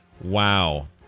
wow